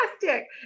fantastic